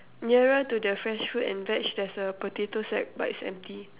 nearer to the fresh fruit and veg there's a potato sack but it's empty